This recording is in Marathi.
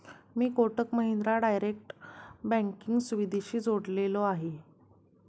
मी कोटक महिंद्रा डायरेक्ट बँकिंग सुविधेशी जोडलेलो आहे?